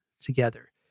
together